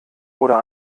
oder